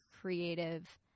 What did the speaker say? creative